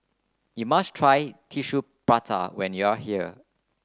you must try Tissue Prata when you are here